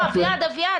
אביעד,